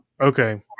okay